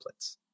templates